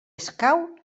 escau